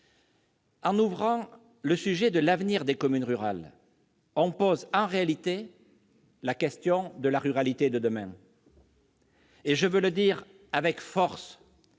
En ouvrant le sujet de l'avenir des communes rurales, on pose en réalité la question de la ruralité de demain. Je veux le dire avec force